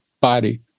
body